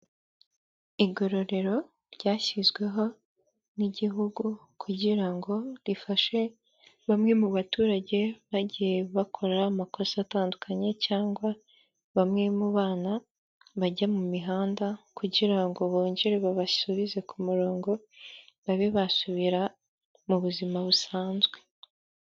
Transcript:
Igororero ryashyizweho n'igihugu kugira ngo rifashe bamwe mu baturage bagiye bakora amakosa atandukanye cyangwa bamwe mu bana bajya mu mihanda kugira ngo bongere babasubize ku murongo babe basubira mu buzima busanzwe.